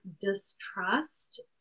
distrust